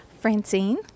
Francine